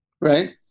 Right